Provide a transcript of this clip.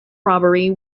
robbery